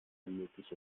ermöglicht